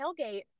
Tailgate